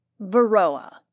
Varroa